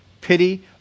pity